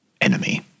enemy